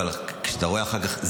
אבל כשאתה רואה אחר כך,